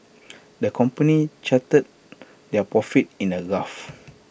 the company charted their profits in the graph